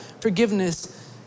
forgiveness